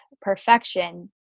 perfection